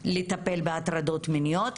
לטפל בהטרדות מיניות,